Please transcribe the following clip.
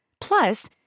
Plus